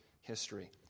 history